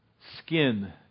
skin